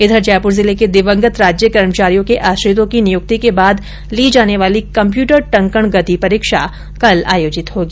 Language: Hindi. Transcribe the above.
इधर जयपुर जिले के दिवंगत राज्य कर्मचारियों के आश्रितों की निय्क्ति के बाद ली जाने वाली कम्प्यूटर टंकण गति परीक्षा कल आयोजित होगी